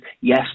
Yes